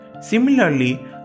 Similarly